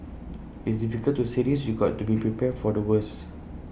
it's difficult to say this you've got to be prepared for the worst